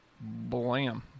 Blam